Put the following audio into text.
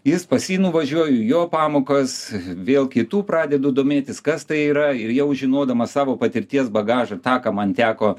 jis pas jį nuvažiuoju į jo pamokas vėl kitų pradedu domėtis kas tai yra ir jau žinodamas savo patirties bagažą tą ką man teko